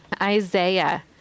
Isaiah